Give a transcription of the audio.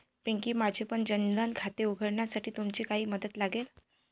पिंकी, माझेपण जन धन खाते उघडण्यासाठी तुमची काही मदत लागेल